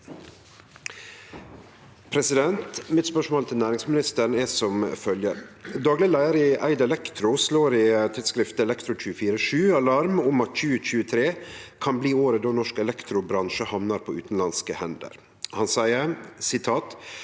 Mitt spørsmål til næringsministeren er som følgjer: «Dagleg leiar i Eid Elektro slår i Elektro 24-7 alarm om at 2023 kan bli året då norsk elektrobransje hamnar på utanlandske hender. Han seier: «[…]